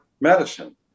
medicine